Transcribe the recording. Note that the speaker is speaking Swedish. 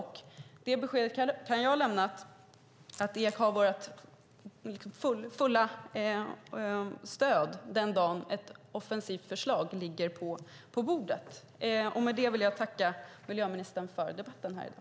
Jag kan lämna det beskedet att Ek har vårt fulla stöd den dagen ett offensivt förslag ligger på bordet. Med det vill jag tacka miljöministern för debatten här i dag.